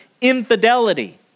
infidelity